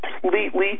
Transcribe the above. completely